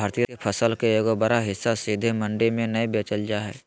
भारतीय फसल के एगो बड़ा हिस्सा सीधे मंडी में नय बेचल जा हय